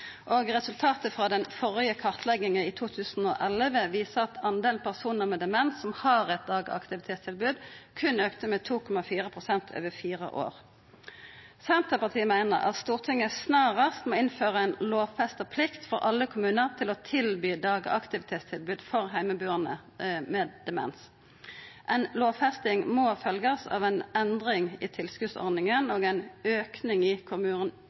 og resultatet frå den førre kartlegginga, i 2011, viser at talet på personar med demens som har eit dagaktivitetstilbod, berre auka med 2,4 pst. over fire år. Senterpartiet meiner at Stortinget snarast må innføra ein lovfesta plikt for alle kommunar til å tilby dagaktivitetstilbod for heimebuande med demens. Ei lovfesting må følgjast av ei endring i tilskotsordninga og ein auke i